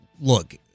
look